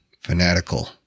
fanatical